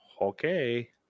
Okay